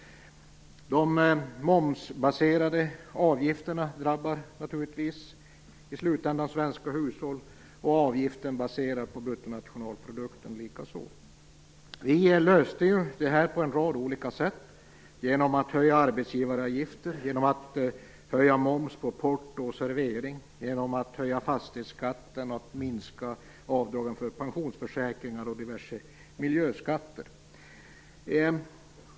De momsbaserade avgifterna drabbar naturligtvis i slutändan svenska hushåll, och avgiften baserad på bruttonationalinkomsten likaså. Vi löste detta på en rad olika sätt: genom att höja arbetsgivaravgifter, genom att höja moms på porto och servering, genom att höja fastighetsskatten, genom att minska avdragen för pensionsförsäkringar och genom diverse miljöskatter.